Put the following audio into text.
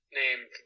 named